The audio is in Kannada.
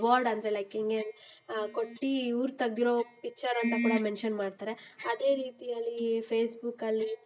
ಅವಾರ್ಡ್ ಅಂದರೆ ಲೈಕ್ ಹಿಂಗೆ ಕೊಟ್ಟು ಇವ್ರು ತೆಗ್ದಿರೋ ಪಿಕ್ಚರ್ ಅಂತ ಕೂಡ ಮೆನ್ಶನ್ ಮಾಡ್ತಾರೆ ಅದೇ ರೀತಿಯಲ್ಲಿ ಫೇಸ್ಬುಕ್ಕಲ್ಲಿ